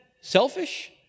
selfish